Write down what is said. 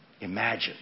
Imagine